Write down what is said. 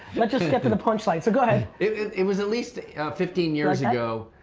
let's just get to the punchline, so go ahead. it was it was at least fifteen years ago